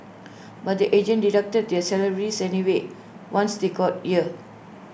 but the agent deducted their salaries anyway once they got here